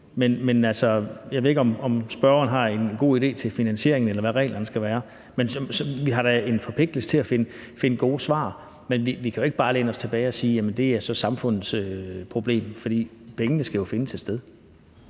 Men jeg ved ikke, om spørgeren har en god idé til finansieringen, eller hvad reglerne skal være. Vi har da en forpligtelse til at finde gode svar, men vi kan ikke bare læne os tilbage og sige, at det så er samfundets problem, for pengene skal jo findes et sted.